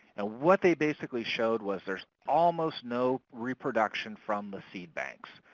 and what they basically showed was there's almost no reproduction from the seed banks.